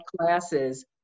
classes